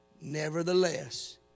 nevertheless